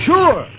Sure